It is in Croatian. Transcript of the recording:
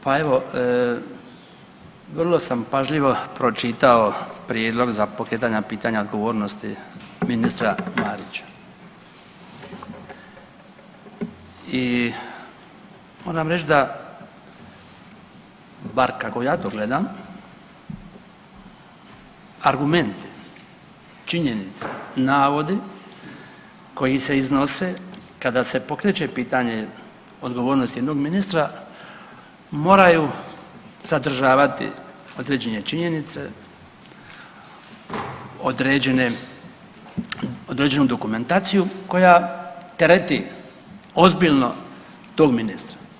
Pa evo vrlo sam pažljivo pročitao Prijedlog za pokretanja pitanja odgovornosti ministra Marića i moram reć da bar kako ja to gledam argumenti, činjenica, navodi koji se iznose kada se pokreće pitanje odgovornosti jednog ministra moraju sadržavati određene činjenice, određenu dokumentaciju koja tereti ozbiljno tog ministra.